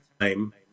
time